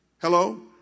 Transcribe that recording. Hello